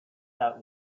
that